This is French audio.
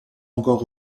encore